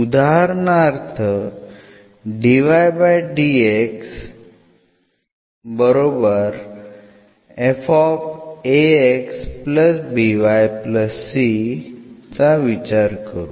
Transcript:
उदाहरणार्थ चा विचार करू